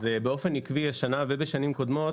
באופן עקבי השנה ובשנים קודמות,